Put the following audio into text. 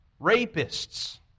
rapists